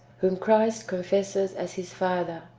whom christ confesses as his father,